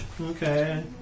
Okay